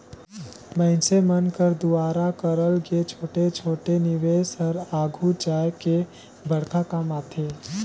मइनसे मन कर दुवारा करल गे छोटे छोटे निवेस हर आघु जाए के बड़खा काम आथे